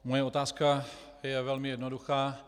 Moje otázka je velmi jednoduchá.